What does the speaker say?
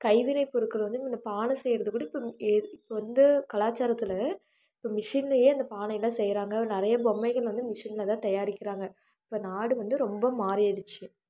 கைவினைப்பொருட்கள் வந்து நம்ம பானை செய்கிறது கூட இப்போ ஏ இப்போ வந்து கலாச்சாரத்தில் இப்போ மிஷின்லையே அந்த பானையெலாம் செய்கிறாங்க நிறைய பொம்மைகள் வந்து மிஷின்ல தான் தயாரிக்கிறாங்க இப்போ நாடு வந்து ரொம்ப மாறிடுச்சு